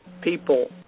people